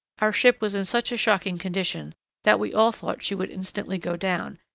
our ship was in such a shocking condition that we all thought she would instantly go down,